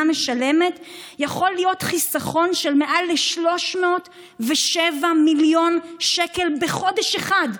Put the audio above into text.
משלמת יכול להיות חיסכון של מעל ל-307 מיליון שקל בחודש אחד.